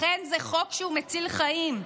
לכן זה חוק שהוא מציל חיים.